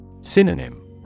Synonym